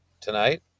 tonight